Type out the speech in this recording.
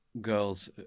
Girls